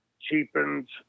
cheapens